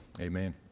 Amen